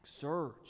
search